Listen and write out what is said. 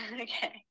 Okay